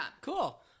Cool